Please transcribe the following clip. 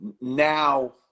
now